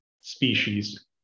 species